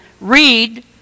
read